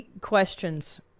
questions